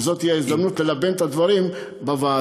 וזאת תהיה ההזדמנות ללבן את הדברים בוועדה.